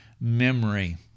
memory